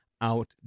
out